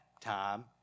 time